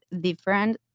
different